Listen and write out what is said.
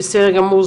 בסדר גמור,